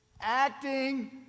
acting